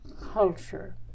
culture